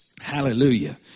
Hallelujah